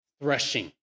threshing